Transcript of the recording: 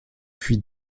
puis